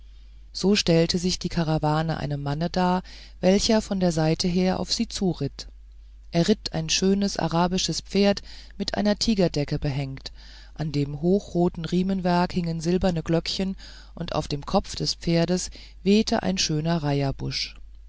so stellte sich die karawane einem manne dar welcher von der seite her auf sie zuritt er ritt ein schönes arabisches pferd mit einer tigerdecke behängt an dem hochroten riemenwerk hingen silberne glöckchen und auf dem kopf des pferdes wehte ein schöner